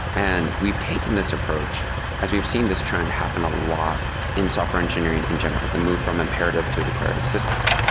and we've taken this approach as we've seen this trend happen a lot in software engineering in general. the move from imperative to declarative systems.